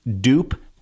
dupe